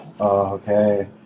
okay